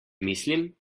mislim